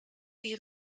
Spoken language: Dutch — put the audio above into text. die